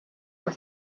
were